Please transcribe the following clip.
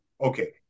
Okay